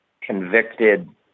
convicted